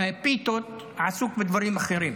והפיתות עסוק בדברים אחרים,